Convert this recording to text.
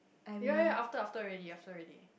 ya ya after after already after already